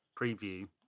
preview